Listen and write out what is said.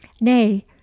Nay